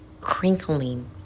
crinkling